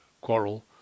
quarrel